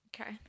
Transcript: Okay